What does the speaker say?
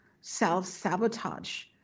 self-sabotage